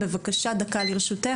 בבקשה דקה לרשותך.